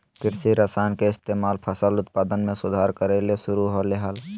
कृषि रसायन के इस्तेमाल फसल उत्पादन में सुधार करय ले शुरु होलय हल